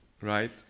Right